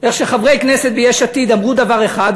איך חברי כנסת מיש עתיד אמרו דבר אחד,